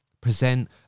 present